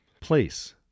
Place